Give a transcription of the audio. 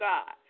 God